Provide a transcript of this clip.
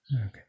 Okay